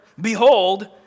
Behold